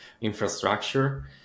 infrastructure